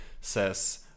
says